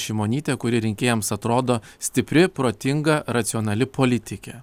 šimonytė kuri rinkėjams atrodo stipri protinga racionali politikė